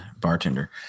bartender